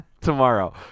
tomorrow